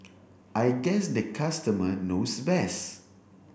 I guess the customer knows best